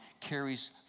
carries